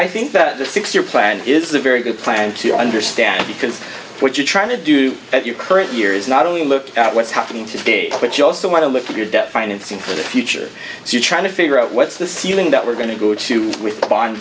i think that the six year plan is a very good plan to understand because what you're trying to do at your current year is not only look at what's happening today which you also want to look to your debt financing for the future so you're trying to figure out what's the ceiling that we're going to go to